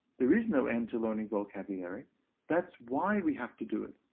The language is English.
there is no end to learning vocabulary that's why we have to do it.